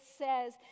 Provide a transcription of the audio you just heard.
says